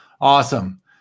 Awesome